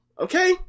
Okay